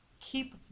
keep